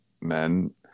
men